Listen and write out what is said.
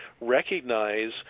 recognize